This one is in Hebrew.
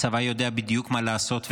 הצבא יודע בדיוק מה לעשות.